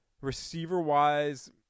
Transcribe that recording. Receiver-wise